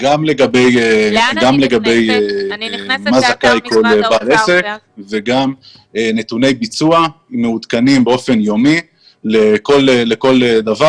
גם למה זכאי כל בעל עסק וגם נתוני ביצוע מעודכנים באופן יומי בכל דבר.